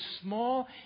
small